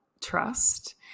trust